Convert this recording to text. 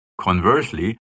Conversely